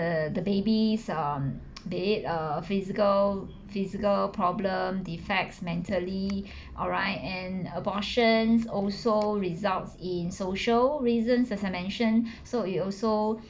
the the babies um dead err physical physical problem defects mentally alright and abortions also results in social reasons as I mention so it also